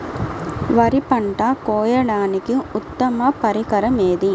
వరి పంట కోయడానికి ఉత్తమ పరికరం ఏది?